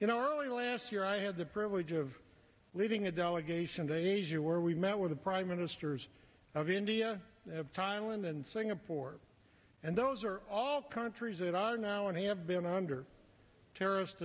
you know early last year i had the privilege of leading a delegation to asia where we met with the prime ministers of india thailand and singapore and those are all countries that are now and have been under terrorist